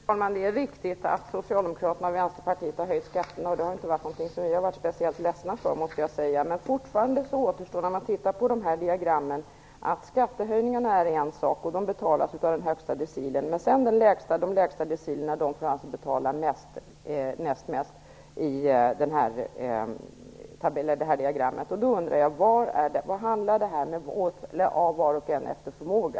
Fru talman! Det är riktigt att Socialdemokraterna och Vänsterpartiet har höjt skatterna, och det har inte varit något som vi har varit speciellt ledsna för, måste jag säga. Men fortfarande återstår faktum, om man tittar på dessa diagram. Skattehöjningarna är en sak. De betalas av den högsta decilen. Men de lägsta decilerna får sedan betala näst mest enligt detta diagram. Vad menas med "var och en efter förmåga"?